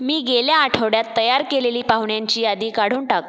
मी गेल्या आठवड्यात तयार केलेली पाहुण्यांची यादी काढून टाक